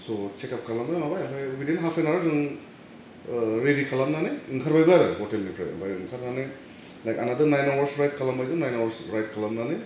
सह सेकआप खालामनो हाबाय आमफाय वैडिन हाल्फ एन्ड हावार जों ओह रेडि खालामनानै ओंखारबायबो आरो हटेलनिफ्राय ओमफ्राय ओंखारनानै लाइक आंनाथ' नाइन आवार्स राइड खालामबायबो नाइन आवार्स राइड खालामनानै